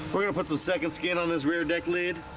we're gonna put the second skin on this rear deck lid